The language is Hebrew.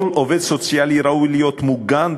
כל עובד סוציאלי ראוי להיות מוגן,